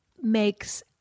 makes